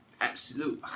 Absolute